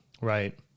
Right